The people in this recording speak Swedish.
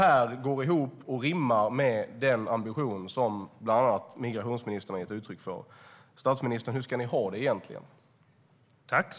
Hur rimmar detta med den ambition som bland annat migrationsministern gett uttryck för? Hur ska ni ha det egentligen, statsministern?